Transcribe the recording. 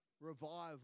revival